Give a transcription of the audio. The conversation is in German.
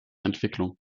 entwicklung